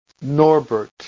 Norbert